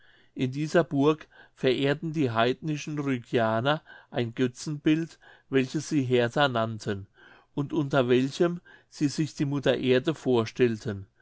in dieser burg verehrten die heidnischen rügianer ein götzenbild welches sie hertha nannten und unter welchem sie sich die mutter erde vorstellten